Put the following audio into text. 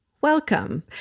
Welcome